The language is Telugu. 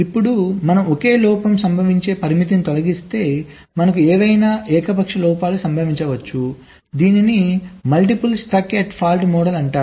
ఇప్పుడు మనం ఒకే లోపం సంభవించే పరిమితిని తొలగిస్తే మనకు ఏవైనా ఏకపక్ష లోపాలు సంభవించవచ్చు దీనిని multiple stuck at fault model అంటారు